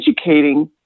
educating